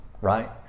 right